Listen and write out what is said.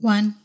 One